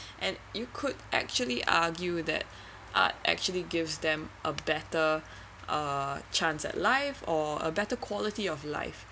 and you could actually argue that art actually gives them a better uh chance at life or a better quality of life